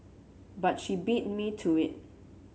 but she beat me to it